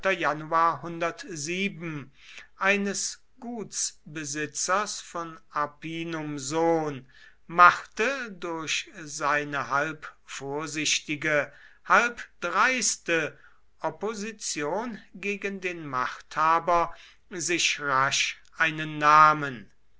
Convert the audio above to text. eines gutsbesitzers von arpinum sohn machte durch seine halb vorsichtige halb dreiste opposition gegen den machthaber sich rasch einen namen